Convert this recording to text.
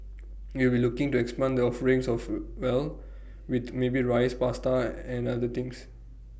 we'll be looking to expand the offerings soft well with maybe Rice Pasta and other things